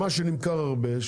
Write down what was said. הספקים שנמכרים הכי הרבה,